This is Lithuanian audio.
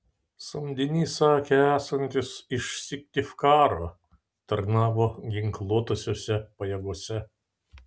samdinys sakė esantis iš syktyvkaro tarnavo ginkluotosiose pajėgose